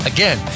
Again